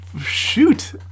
Shoot